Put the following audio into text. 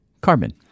Carmen